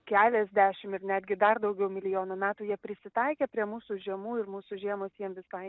keliasdešim ir netgi ir dar daugiau milijonų metų jie prisitaikė prie mūsų žiemų ir mūsų žiemos jiem visai